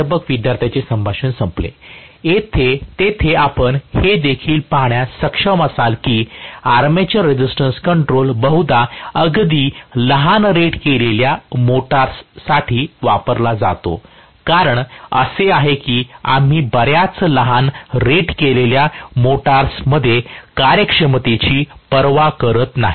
प्राध्यापक विद्यार्थ्यांचे संभाषण संपले तेथे आपण हे देखील पाहण्यास सक्षम असाल की आर्मेचर रेझिस्टन्स कंट्रोल बहुधा अगदी लहान रेट केलेल्या मोटर्ससाठी वापरला जातो कारण असे आहे की आम्ही बऱ्याच लहान रेट केलेल्या मोटर्समध्ये कार्यक्षमतेची पर्वा करत नाही